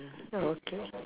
okay